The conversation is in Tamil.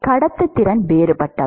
கடத்துத்திறன் வேறுபட்டவை